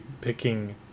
picking